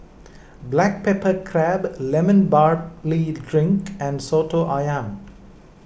Black Pepper Crab Lemon Barley Drink and Soto Ayam